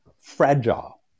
fragile